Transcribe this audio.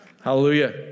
Hallelujah